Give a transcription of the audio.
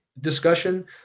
discussion